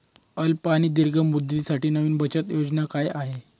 अल्प आणि दीर्घ मुदतीसाठी नवी बचत योजना काय आहे?